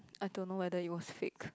I don't know whether it was fake